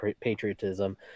patriotism